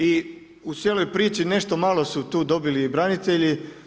I u cijeloj priči nešto malo su tu dobili i branitelji.